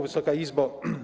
Wysoka Izbo!